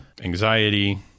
anxiety